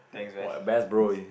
what a best bro is